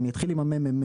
אני אתחיל עם ה-מ.מ.מ,